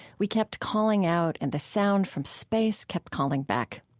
we kept calling out and the sound from space kept calling back.